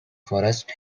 forest